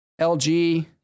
LG